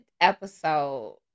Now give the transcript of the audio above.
episode